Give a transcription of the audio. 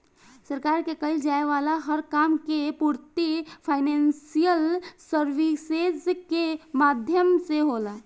सरकार के कईल जाये वाला हर काम के पूर्ति फाइनेंशियल सर्विसेज के माध्यम से होला